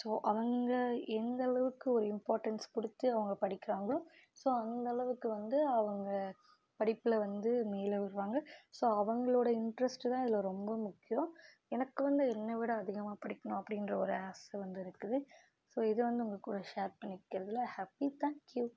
so அவங்க எந்தளவுக்கு ஒரு இம்பார்ட்டன்ஸ் கொடுத்து அவங்க படிக்கிறாங்களோ ஸோ அந்தளவுக்கு வந்து அவங்க படிப்பில் வந்து மேலே வருவாங்க ஸோ அவங்களோட இன்ட்ரெஸ்ட் தான் இதில் ரொம்ப முக்கியம் எனக்கு வந்து என்னை விட அதிகமாக படிக்கணும் அப்படின்ற ஒரு ஆசை வந்திருக்குது ஸோ இதை வந்து உங்கள் கூட ஷேர் பண்ணிக்கறதில் ஹாப்பி தேங்க் யூ